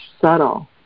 subtle